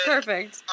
Perfect